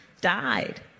died